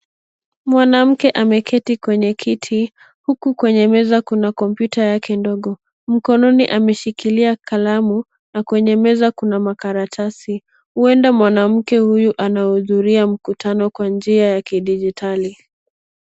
Mwanamke ameketi kwenye kiti, huku kwenye meza kuna kompyuta yake ndogo. Mkononi ameshikilia kalamu na kwenye meza kuna makaratasi. Huenda mwanamke huyu anahudhuria mkutano kwa njia ya kidijitali.